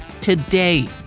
today